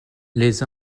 les